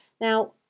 Now